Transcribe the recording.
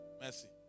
Mercy